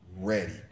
ready